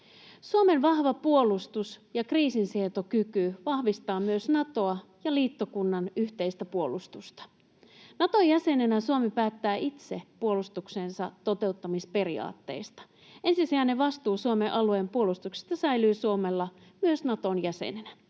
Suomen vahva puolustus ja kriisinsietokyky vahvistavat myös Natoa ja liittokunnan yhteistä puolustusta. Naton jäsenenä Suomi päättää itse puolustuksensa toteuttamisperiaatteista. Ensisijainen vastuu Suomen alueen puolustuksesta säilyy Suomella myös Naton jäsenenä.